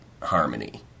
harmony